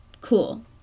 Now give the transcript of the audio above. cool